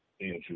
Andrew